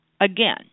Again